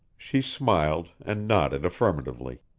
she smiled, and nodded affirmatively.